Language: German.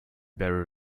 barrel